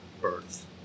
birth